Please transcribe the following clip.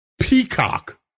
Peacock